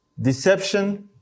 deception